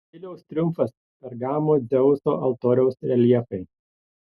stiliaus triumfas pergamo dzeuso altoriaus reljefai